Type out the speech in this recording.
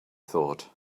thought